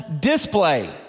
display